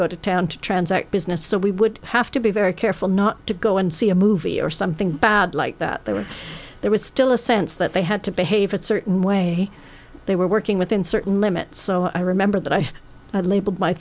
go to town to transact business so we would have to be very careful not to go and see a movie or something bad like that there was there was still a sense that they had to behave a certain way they were working within certain limits so i remember that i label